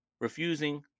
refusing